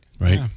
Right